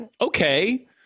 Okay